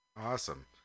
Awesome